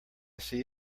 see